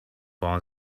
our